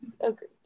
Agreed